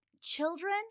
children